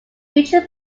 future